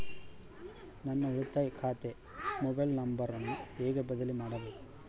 ನನ್ನ ಉಳಿತಾಯ ಖಾತೆ ಮೊಬೈಲ್ ನಂಬರನ್ನು ಹೆಂಗ ಬದಲಿ ಮಾಡಬೇಕು?